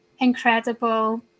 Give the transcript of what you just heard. incredible